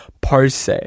Parse